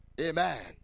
Amen